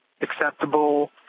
acceptable